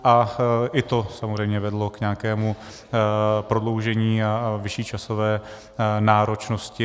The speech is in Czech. A i to samozřejmě vedlo k nějakému prodloužení a vyšší časové náročnosti.